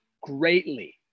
greatly